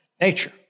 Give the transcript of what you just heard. nature